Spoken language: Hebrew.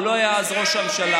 הוא לא היה אז ראש הממשלה,